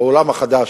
העולם החדש.